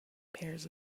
pairs